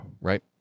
right